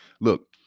Look